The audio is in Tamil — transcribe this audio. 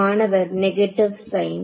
மாணவர் நெகட்டிவ் சைன்